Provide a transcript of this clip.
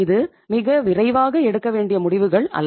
இது மிக விரைவாக எடுக்க வேண்டிய முடிவுகள் அல்ல